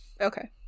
Okay